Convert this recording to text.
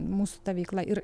mūsų ta veikla ir